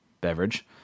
beverage